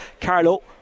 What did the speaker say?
Carlo